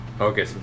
Okay